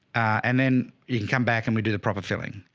and then you can come back and we do the proper filling.